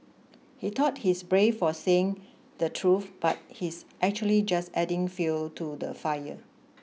he thought he's brave for saying the truth but he's actually just adding fuel to the fire